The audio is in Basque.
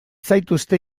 zaituzte